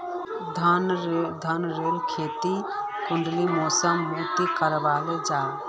धानेर खेती कुंडा मौसम मोत करा जा?